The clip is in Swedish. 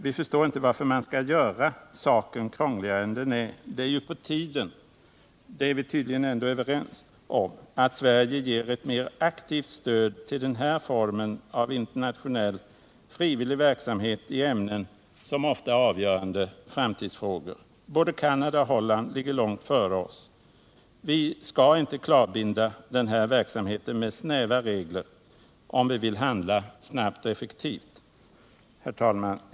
Vi förstår inte varför man skall göra den här saken krångligare än den är. Det är på tiden att Sverige ger ett mer aktivt stöd till den här formen av internationell frivillig verksamhet i ämnen, som ofta är avgörande framtidsfrågor. Både Canada och Holland ligger här långt före oss. Vi skall inte klavbinde denna verksamhet med snäva regler, om vi vill kunna handla snabbt och effektivt. Herr talman!